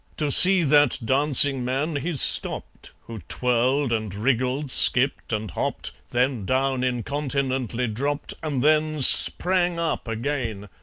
to see that dancing man he stopped, who twirled and wriggled, skipped and hopped, then down incontinently dropped, and then sprang up again.